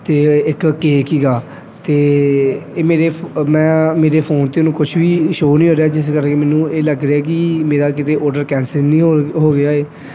ਅਤੇ ਇੱਕ ਕੇਕ ਸੀਗਾ ਅਤੇ ਇਹ ਮੇਰੇ ਫ ਮੈਂ ਮੇਰੇ ਫੋਨ 'ਤੇ ਉਹਨੂੰ ਕੁਛ ਵੀ ਸ਼ੋ ਨਹੀਂ ਹੋ ਰਿਹਾ ਜਿਸ ਕਰਕੇ ਮੈਨੂੰ ਇਹ ਲੱਗ ਰਿਹਾ ਕਿ ਮੇਰਾ ਕਿਤੇ ਔਡਰ ਕੈਂਸਲ ਨਹੀਂ ਹੋ ਹੋ ਗਿਆ ਹੈ